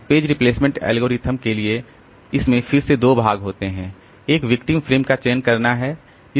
तो page replacement algorithm के लिए इसमें फिर से दो भाग होते हैं एक विक्टिम फ्रेम का चयन करना है